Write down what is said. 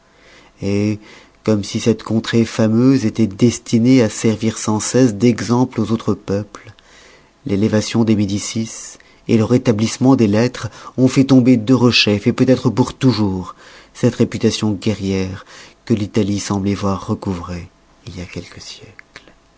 comme si cette contrée fameuse étoit destinée à servir sans cesse d'exemple aux autres peuples l'élévation des médicis et le rétablissement des lettres ont fait tomber derechef peut-être pour toujours cette réputation guerrière que l'italie sembloit avoir recouvrée il y a quelques siècles